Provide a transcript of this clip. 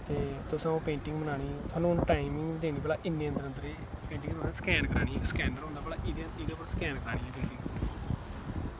ते तुसें ओह् पेंटिंग बनानी ते तुसें ओह् टाईमिंग देनी कि इन्ने टाईम दे अंदर भला स्कैन करानी ते स्कैन होंदा एह्दे उप्पर स्कैन करानी ही पेंटिंग